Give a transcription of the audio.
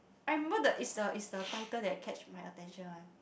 I remember is the is the is the title that catch my attention one